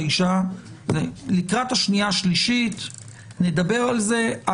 לקראת שנייה ושלישית נדבר על זה.